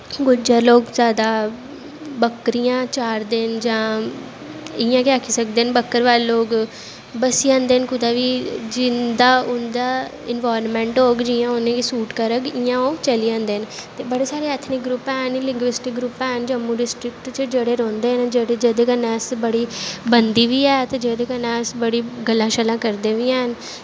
गुज्जर लोग जादा बकरियां चारदे न जां इयां गै आक्खी सकदे न बकरवाल लोग बस्सी जंदे न कुदै बी जिंदा उंदा इंनबारनमैंट होग जियां उनेंगी सूट करग इयां ओह् चली जंदे न ते बड़े सारे ऐथनिक ग्रुप ऐ लिंगवस्टिक ग्रुप हैन जम्मू च जेह्ड़े रौंह्दे न जेह्दे कन्नैं अस बड़ी बनदी बी ऐ ते जेह्दे कन्नै अस बड़ी गल्लां शल्लां करदे बी हैन